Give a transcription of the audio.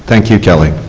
thank you, kelly.